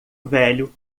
velho